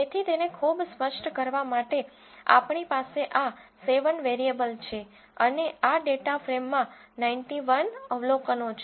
તેથી તેને ખૂબ સ્પષ્ટ કરવા માટે આપણી પાસે આ 7 વેરીએબલ છે અને આ ડેટા ફ્રેમમાં 91 અવલોકનો છે